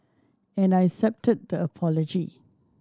and I accepted the apology